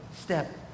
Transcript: step